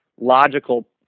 logical